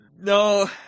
No